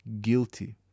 guilty